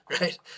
right